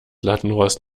lattenrost